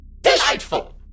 Delightful